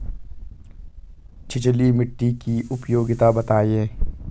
छिछली मिट्टी की उपयोगिता बतायें?